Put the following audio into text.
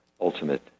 ultimate